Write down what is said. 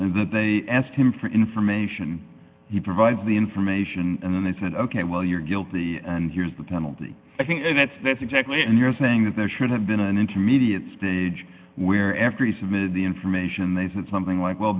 and that they asked him for information he provided the information and then they said ok well you're guilty and here's the penalty i think that's that's exactly and you're saying that there should have been an intermediate stage where after he submitted the information they said something like well